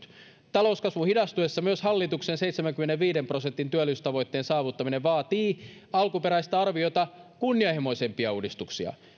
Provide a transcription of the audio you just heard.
talouskasvun hidastuessa myös hallituksen seitsemänkymmenenviiden prosentin työllisyystavoitteen saavuttaminen vaatii hallitukselta alkuperäistä arviota kunnianhimoisempia uudistuksia